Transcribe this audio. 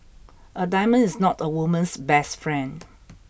a diamond is not a woman's best friend